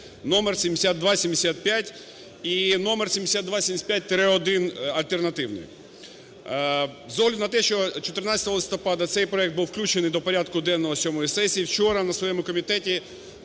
(№ 7275 і номер 7275-1 альтернативний). З огляду на те, що 14 листопада цей проект був включений до порядку денного сьомої сесії, вчора на своєму комітеті,